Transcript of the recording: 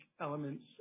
elements